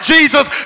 Jesus